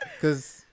cause